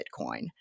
Bitcoin